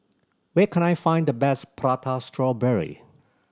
where can I find the best Prata Strawberry